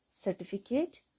certificate